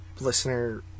listener